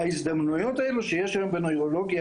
ההזדמנויות האלו שיש היום בנוירולוגיה